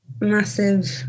massive